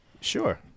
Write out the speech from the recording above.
Sure